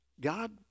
God